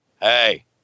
Hey